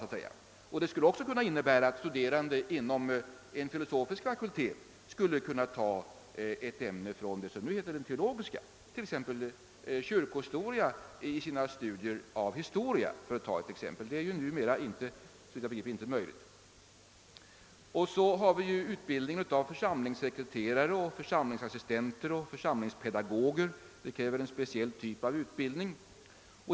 Å andra sidan skulle en studerande inom en filosofisk fakultet kunna ta med ett ämne från det som nu heter den teologiska fakulteten, t.ex. kyrkohistoria, i sina studier av historia. Något sådant är för närvarande inte möjligt, såvitt jag begriper. Så har vi utbildningen av församlingssekreterare, församlingsassistenter och församlingspedagoger. Deras uppgifter kräver en speciell typ av utbildning.